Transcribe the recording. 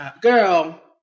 Girl